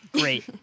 great